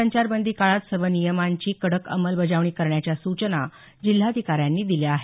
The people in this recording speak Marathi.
संचारबंदी काळात सर्व नियमांची कडक अंमलबजावणी करण्याच्या सूचना जिल्हाधिकाऱ्यांनी दिल्या आहेत